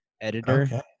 editor